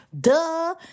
Duh